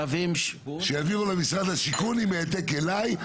שיעבירו למשרד השיכון עם העתק אליי.